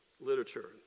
literature